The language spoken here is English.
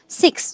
six